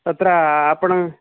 तत्र आपणं